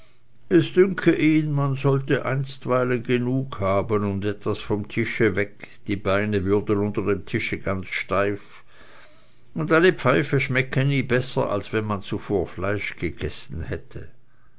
es dünke ihn man sollte einstweilen genug haben und etwas vom tische weg die beine würden unter dem tische ganz steif und eine pfeife schmecke nie besser als wenn man zuvor fleisch gegessen hätte